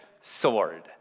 sword